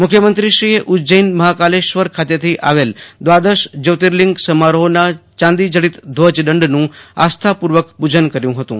મુખ્યમંત્રીએ ઉજ્જૈન મહાકાલેશ્વર ખાતેથી આવેલ દ્વાદશ જ્યોતિલિંગ સમારોહના ચાંદીજડિત ધ્વજદંડનું આસ્થાપૂર્વક પૂજન કર્યું હતું